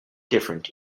different